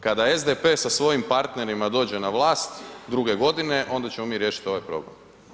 Kada SDP sa svojim partnerima dođe na vlast druge godine onda ćemo mi riješiti ovaj problem.